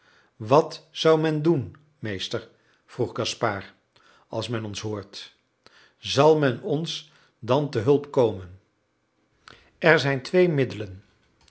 wat zou men doen meester vroeg gaspard als men ons hoort zal men ons dan te hulp komen er zijn twee middelen